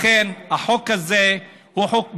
לכן, החוק הזה הוא חוק גזעני,